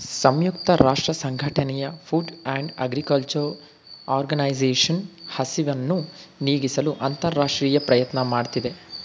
ಸಂಯುಕ್ತ ರಾಷ್ಟ್ರಸಂಘಟನೆಯ food and agriculture organisation ಹಸಿವನ್ನು ನೀಗಿಸಲು ಅಂತರರಾಷ್ಟ್ರೀಯ ಪ್ರಯತ್ನ ಮಾಡ್ತಿದೆ